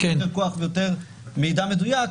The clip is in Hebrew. יותר כוח ויותר מדי מדויק,